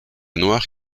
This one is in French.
noir